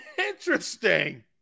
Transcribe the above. Interesting